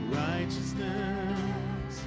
righteousness